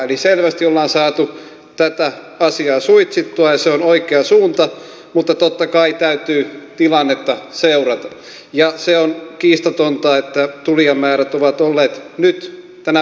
eli selvästi ollaan saatu tätä asiaa suitsittua ja se on oikea suunta mutta totta kai täytyy tilannetta seurata ja se on kiistatonta että tulijamäärät ovat olleet nyt tänä vuonna kasvussa